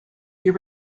you